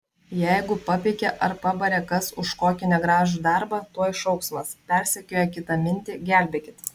jeigu papeikė ar pabarė kas už kokį negražų darbą tuoj šauksmas persekioja kitamintį gelbėkit